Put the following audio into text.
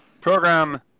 Program